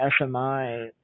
SMI